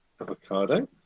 Avocado